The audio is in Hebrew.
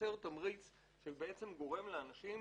לייצר תמריץ כך שיהיה לאנשים